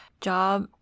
job